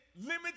limited